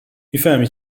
میفهمی